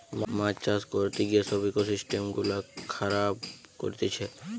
মাছ চাষ করতে গিয়ে সব ইকোসিস্টেম গুলা খারাব করতিছে